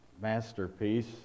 masterpiece